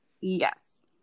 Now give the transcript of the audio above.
Yes